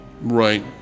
Right